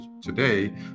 today